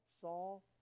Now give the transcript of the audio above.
Saul